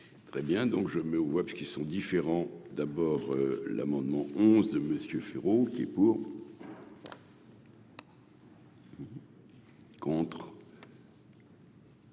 Très bien, donc je mets aux voix puisqu'ils sont différents, d'abord l'amendement Monsieur Féraud, qui est pour. Il n'est